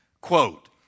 Quote